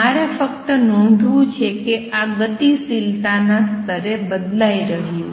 મારે ફક્ત નોંધવું છે કે આ ગતિશીલતા ના સ્તરે બદલાઈ ગયું છે